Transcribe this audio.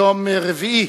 יום רביעי,